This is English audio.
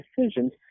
decisions